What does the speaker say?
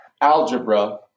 algebra